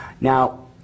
Now